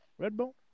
Redbone